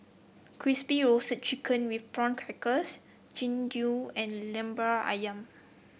Crispy Roasted Chicken with Prawn Crackers Jian Dui and lemper ayam